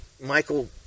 Michael